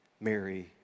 Mary